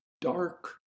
dark